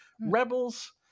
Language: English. Rebels